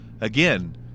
Again